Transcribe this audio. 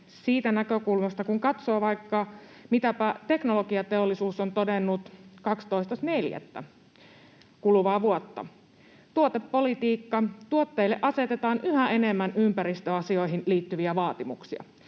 siitä näkökulmasta, kun katsoo vaikkapa, mitä Teknologiateollisuus on todennut 12.4. kuluvaa vuotta: ”Tuotepolitiikka. Tuotteille asetetaan yhä enemmän ympäristöasioihin liittyviä vaatimuksia.”